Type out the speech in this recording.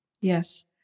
yes